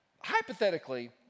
Hypothetically